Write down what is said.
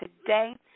today